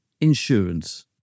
insurance